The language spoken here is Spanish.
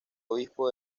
obispo